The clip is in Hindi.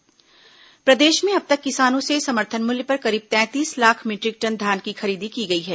धान खरीदी प्रदेश में अब तक किसानों से समर्थन मूल्य पर करीब तैंतीस लाख मीटरिक टन धान की खरीदी की गई है